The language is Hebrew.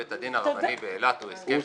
בית הדין הרבני באילת הוא הסכם -- תודה.